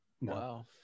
Wow